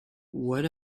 what